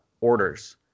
orders